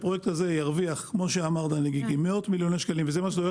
ברגע שהפרויקט הזה ירוויח מאות מיליוני שקלים וזה מה שהוא הולך